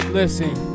listen